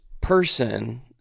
person